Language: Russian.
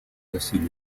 насилие